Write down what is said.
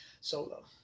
Solo